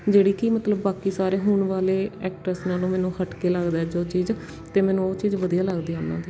ਜਿਹੜੀ ਕਿ ਮਤਲਬ ਬਾਕੀ ਸਾਰੇ ਹੁਣ ਵਾਲੇ ਐਕਟ੍ਰੈਸ ਨਾਲੋਂ ਮੈਨੂੰ ਹੱਟ ਕੇ ਲੱਗਦਾ ਹੈ ਜੋ ਚੀਜ਼ ਅਤੇ ਮੈਨੂੰ ਉਹ ਚੀਜ਼ ਵਧੀਆ ਲੱਗਦੀ ਉਹਨਾਂ ਦੀ